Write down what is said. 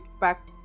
back